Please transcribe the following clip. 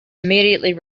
immediately